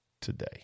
today